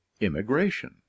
immigration